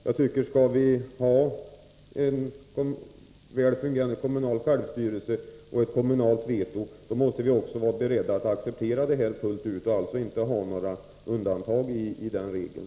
Om vi skall ha en väl fungerande kommunal självstyrelse och ett kommunalt veto, då måste vi enligt min mening också vara beredda att acceptera detta fullt ut och inte ha några undantag från regeln.